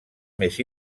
més